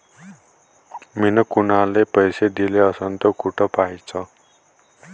मिन कुनाले पैसे दिले असन तर कुठ पाहाचं?